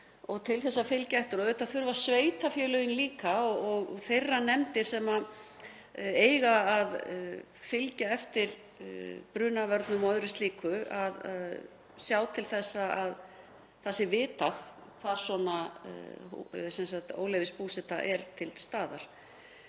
og eftirfylgni. Auðvitað þurfa sveitarfélögin líka og þeirra nefndir sem eiga að fylgja eftir brunavörnum og öðru slíku að sjá til þess að það sé vitað hvar svona óleyfisbúseta er til staðar.